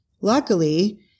Luckily